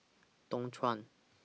Dualtron